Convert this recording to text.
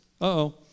Uh-oh